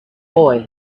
boy